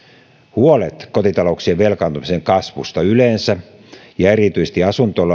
huolet kotitalouksien velkaantumisen kasvusta yleensä ja erityisesti